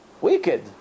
wicked